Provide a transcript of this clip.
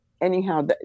Anyhow